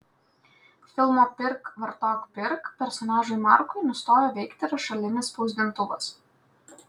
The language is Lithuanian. filmo pirk vartok pirk personažui markui nustojo veikti rašalinis spausdintuvas